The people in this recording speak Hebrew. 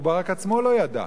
מובארק עצמו לא ידע.